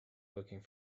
looking